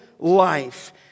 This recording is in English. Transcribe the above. Life